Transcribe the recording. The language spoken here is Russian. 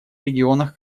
регионах